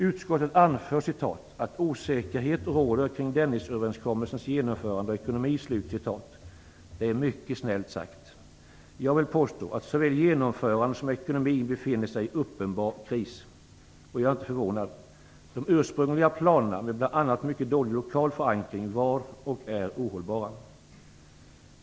Utskottet anför att "osäkerhet råder kring Dennisöverenskommelsens genomförande och ekonomi". Det är mycket snällt sagt. Jag vill påstå att såväl genomförande som ekonomi befinner sig i uppenbar kris. Jag är inte förvånad. De ursprungliga planerna med bl.a. en mycket dålig lokal förankring var, och är, ohållbara.